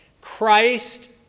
Christ